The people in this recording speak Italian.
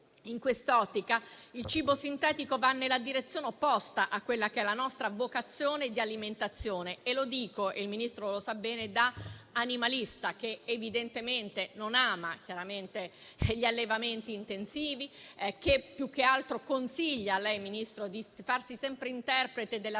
In quest'ottica il cibo sintetico va nella direzione opposta a quella che è la nostra vocazione di alimentazione. Lo dico - e il Ministro lo sa bene - da animalista, che evidentemente non ama gli allevamenti intensivi e che più che altro consiglia a lei, Ministro, di farsi sempre interprete della